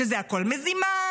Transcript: שזה הכול מזימה.